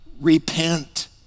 repent